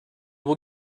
will